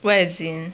where is it